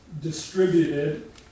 distributed